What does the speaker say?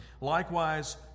Likewise